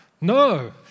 No